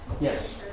Yes